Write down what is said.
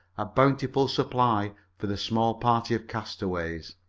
a bountiful supply for the small party of castaways.